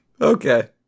okay